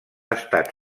estat